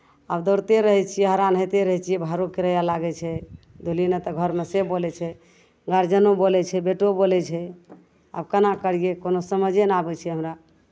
आब दौड़िते रहै छियै हरान होइते रहै छियै भाड़ो किराया लागै छै दुलहिन एतय घरमे से बोलै छै गारजनो बोलै छै बेटो बोलै छै आब कोना करियै कोनो समझे नहि आबै छै हमरा